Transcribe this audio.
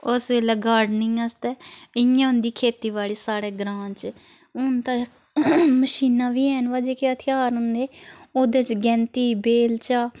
ओस बेल्लै गार्डनिंग आस्तै इ'यां होंदी खेतीबाड़ी साढ़े ग्रांऽ च हून ते मशीनै बी हैन ब जेह्के हथियार न एह् ओह्दे च गैंती वेल्चा